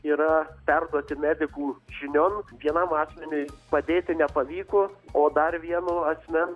yra perduoti medikų žinion vienam asmeniui padėti nepavyko o dar vieno asmens